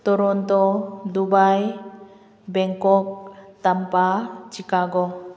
Toronto Dubai Bangkok Tampa Chicago